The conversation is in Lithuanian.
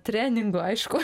treningu aišku